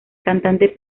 cantante